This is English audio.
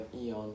eon